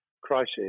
crisis